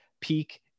peak